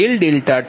P220